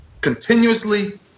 continuously